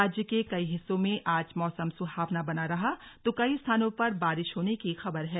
राज्य के कई हिस्सों में आज मौसम सुहावना बना रहा तो कई स्थानों पर बारिश होने की भी खबर है